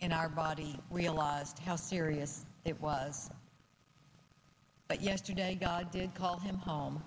in our body realized how serious it was but yesterday i did call him home